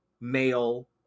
male